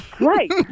Right